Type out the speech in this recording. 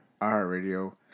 iHeartRadio